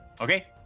Okay